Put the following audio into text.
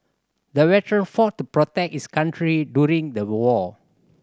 the veteran fought to protect his country during the war